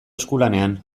eskulanean